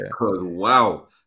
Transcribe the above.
wow